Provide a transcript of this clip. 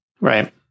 Right